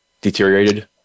deteriorated